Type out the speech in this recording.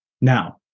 Now